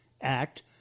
Act